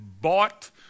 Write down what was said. bought